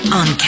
on